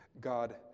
God